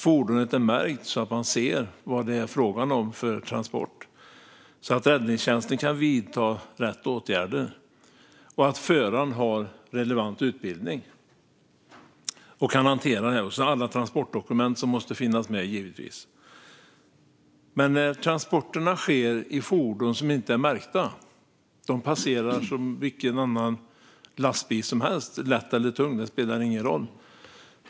Fordonet måste vara märkt så att man ser vad det är fråga om för transport och så att räddningstjänsten kan vidta rätt åtgärder. Föraren måste dessutom ha relevant utbildning och kunna hantera det här och alla transportdokument som givetvis måste finnas med. Transporter sker dock i fordon som inte är märkta. De passerar som vilken annan lastbil som helst - lätt eller tung spelar ingen roll.